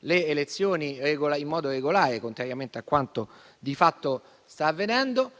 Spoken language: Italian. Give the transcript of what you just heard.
delle elezioni, contrariamente a quanto di fatto sta avvenendo.